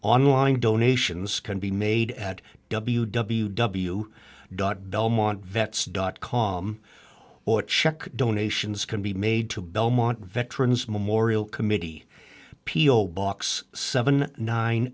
online donations can be made at w w w dot belmont vets dot com or check donations can be made to belmont veterans memorial committee p o box seven nine